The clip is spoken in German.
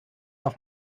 noch